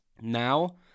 Now